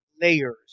layers